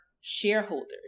shareholders